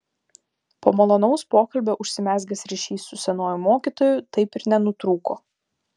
po malonaus pokalbio užsimezgęs ryšys su senuoju mokytoju taip ir nenutrūko